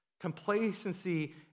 Complacency